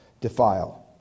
defile